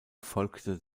folgte